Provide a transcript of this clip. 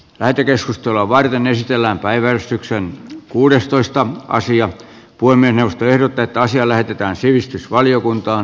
lähetekeskustelua varten esitellään päiväystyksen kuudestoista puhemiesneuvosto ehdottaa että asia lähetetään sivistysvaliokuntaan